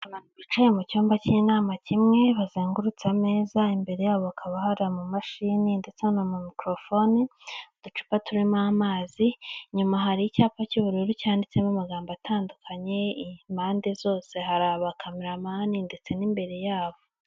Abantu bicaye mu cyumba cy'inama kimwe bazengurutse ameza, imbere yabo hakaba hari amamashini ndetse n'amamikorofone, uducupa turimo amazi, inyuma hari icyapa cy'ubururu cyanditsemo amagambo atandukanye impande zose hari abakameramani ndetse n'imbere yabo.